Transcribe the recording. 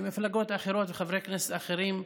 למפלגות אחרות וחברי כנסת אחרים,